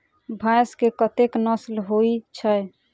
भैंस केँ कतेक नस्ल होइ छै?